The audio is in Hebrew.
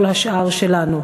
כל השאר שלנו.